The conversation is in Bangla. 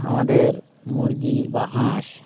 আমাদের মুরগি বা হাঁস